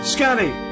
Scotty